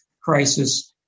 crisis